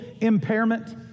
impairment